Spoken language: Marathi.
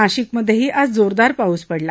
नाशिकमधेही आज जोरदार पाऊस पडला